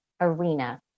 arena